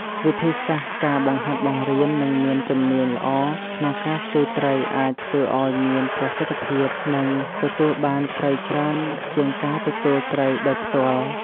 វិធីសាស្រ្ត ការបង្ហាត់បង្រៀន និងមានជំនាញល្អក្នុងការស្ទូចត្រីអាចធ្វើឲ្យមានប្រសិទ្ធភាព និងទទួលបានត្រីច្រើនជាងការទទួលត្រីដោយផ្ទាល់។